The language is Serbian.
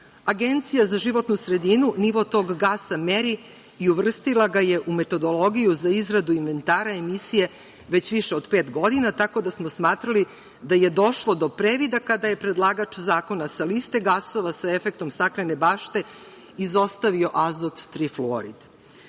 Agencija za životnu sredinu nivo tog gasa meri i uvrstila ga je u metodologiju za izradu inventara emisije već više od pet godina, tako da smo smatrali da je došlo do previda kada je predlagač zakona sa liste gasova sa efektom staklene bašte izostavio azot trifluorid. Budući